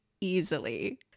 easily